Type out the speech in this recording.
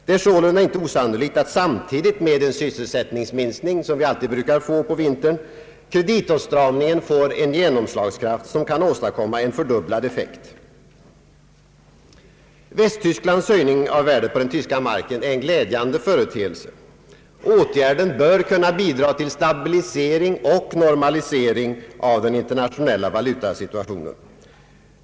Det är sålunda inte osannolikt att samtidigt med den sysselsättningsminskning, som vi alltid brukar få på vintern, kreditåtstramningen får en genomslagskraft som kan åstadkomma en fördubblad effekt. Västtysklands höjning av värdet på den tyska marken är en glädjande företeelse. Åtgärden bör kunna bidra till stabilisering och normalisering av den internationella valutasituationen.